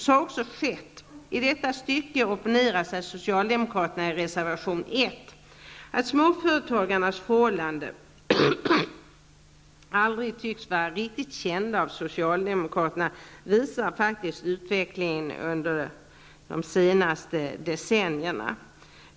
Så har också skett. I detta stycke opponerar sig socialdemokraterna i reservation 1. Att småföretagarnas förhållanden aldrig tycks ha varit riktigt kända av socialdemokraterna visar faktiskt utvecklingen under de senaste decennierna.